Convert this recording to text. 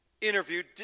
interviewed